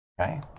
Okay